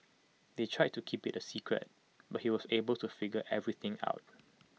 they tried to keep IT A secret but he was able to figure everything out